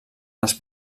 les